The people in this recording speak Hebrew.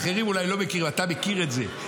אחרים אולי לא מכירים, אתה מכיר את זה.